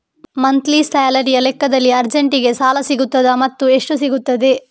Monthly ಸ್ಯಾಲರಿಯ ಲೆಕ್ಕದಲ್ಲಿ ಅರ್ಜೆಂಟಿಗೆ ಸಾಲ ಸಿಗುತ್ತದಾ ಮತ್ತುಎಷ್ಟು ಸಿಗುತ್ತದೆ?